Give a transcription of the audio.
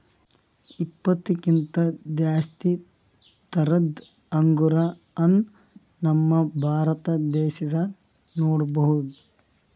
ಇಪ್ಪತ್ತಕ್ಕಿಂತ್ ಜಾಸ್ತಿ ಥರದ್ ಅಂಗುರ್ ಹಣ್ಣ್ ನಮ್ ಭಾರತ ದೇಶದಾಗ್ ನೋಡ್ಬಹುದ್